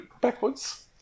backwards